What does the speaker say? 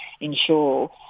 ensure